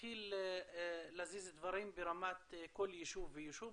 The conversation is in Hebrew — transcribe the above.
ולהתחיל להזיז דברים ברמת כל יישוב ויישוב.